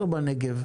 10 בנגב.